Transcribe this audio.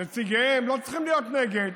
נציגיהם לא צריכים להיות נגד,